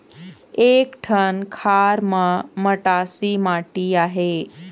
एक ठन खार म मटासी माटी आहे?